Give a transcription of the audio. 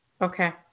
Okay